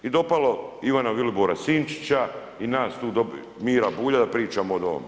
I dopalo Ivana Vilibora Sinčića i nas tu Mira Bulja da pričamo o ovome.